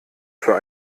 für